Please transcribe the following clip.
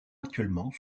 actuellement